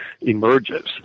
emerges